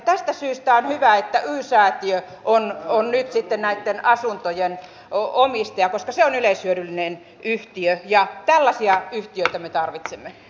tästä syystä on hyvä että y säätiö on nyt näitten asuntojen omistaja koska se on yleishyödyllinen yhtiö ja tällaisia yhtiöitä me tarvitsemme